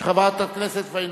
של חברת הכנסת פניה קירשנבאום?